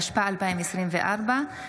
התשפ"ה 2024,